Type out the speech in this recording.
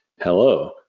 hello